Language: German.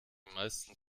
meisten